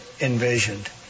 envisioned